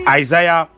isaiah